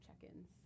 check-ins